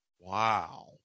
Wow